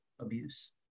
abuse